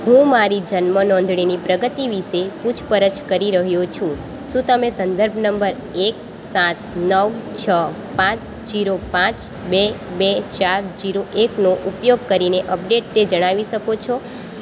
હું મારી જન્મ નોંધણીની પ્રગતિ વિશે પૂછપરછ કરી રહ્યો છું શું તમે સંદર્ભ નંબર એક સાત નવ છ પાંચ જીરો પાંચ બે બે ચાર જીરો એકનો ઉપયોગ કરીને અપડેટ તે જણાવી શકો છો